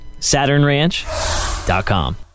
SaturnRanch.com